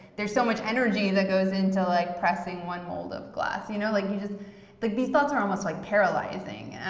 there's so much energy that goes into like pressing one mold of glass. you know like like these thoughts are almost like paralyzing.